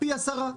פי עשרה.